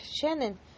Shannon